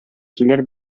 килер